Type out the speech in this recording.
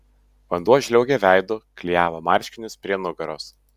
vanduo žliaugė veidu klijavo marškinius prie nugaros